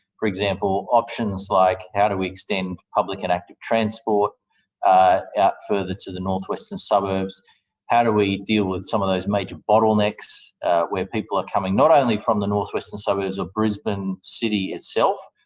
for example, options like how do we extend public and active transport out further to the north western suburbs how do we deal with some of those major bottlenecks where people are coming not only from the north western suburbs of brisbane city itself,